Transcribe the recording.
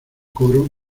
coro